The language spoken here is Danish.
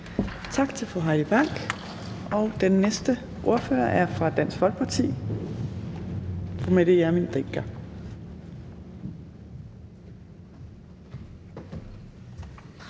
Tak til fru Heidi Bank. Den næste ordfører er fra Dansk Folkeparti, og det er fru Mette